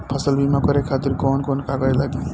फसल बीमा करे खातिर कवन कवन कागज लागी?